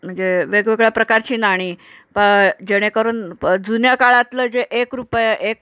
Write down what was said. म्हणजे वेगवेगळ्या प्रकारची नाणी प जेणेकरून प जुन्या काळातलं जे एक रुपये एक